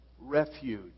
refuge